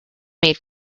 made